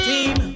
Team